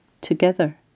together